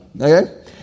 Okay